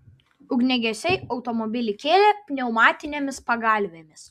ugniagesiai automobilį kėlė pneumatinėmis pagalvėmis